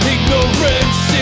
Ignorance